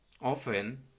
Often